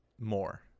more